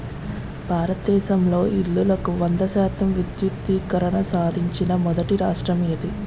భారతదేశంలో ఇల్లులకు వంద శాతం విద్యుద్దీకరణ సాధించిన మొదటి రాష్ట్రం ఏది?